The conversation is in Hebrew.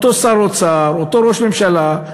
אותו שר אוצר, אותו ראש ממשלה,